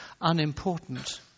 unimportant